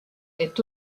est